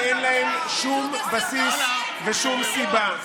שאין להם שום בסיס ושום סיבה.